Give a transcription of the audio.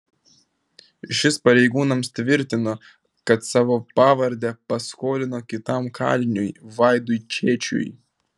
šis pareigūnams tvirtino kad savo pavardę paskolino kitam kaliniui vaidui čėčiui